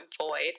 void